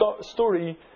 story